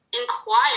inquire